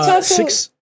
Six